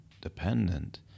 dependent